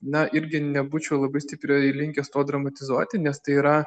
na irgi nebūčiau labai stipriai linkęs to dramatizuoti nes tai yra